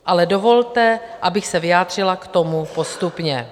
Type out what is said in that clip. Ale dovolte, abych se vyjádřila k tomu postupně.